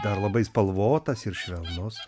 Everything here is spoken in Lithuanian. dar labai spalvotas ir švelnus